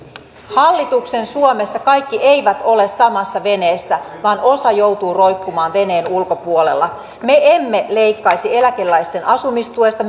hallituksen suomessa kaikki eivät ole samassa veneessä vaan osa joutuu roikkumaan veneen ulkopuolella me emme leikkaisi eläkeläisten asumistuesta